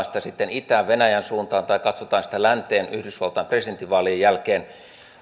sitä sitten itään venäjän suuntaan tai katsotaan sitä länteen yhdysvaltain presidentinvaalien jälkeen